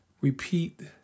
repeat